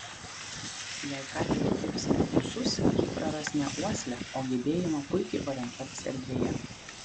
jei katei nukirpsime ūsus ji praras ne uoslę o gebėjimą puikiai orientuotis erdvėje